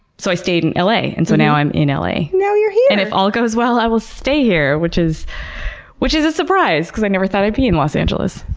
so i stayed in l a. and so now i'm in l a. now you're here! and if all goes well, i will stay here, which is which is a surprise because i never thought i'd be in los angeles.